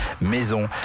maison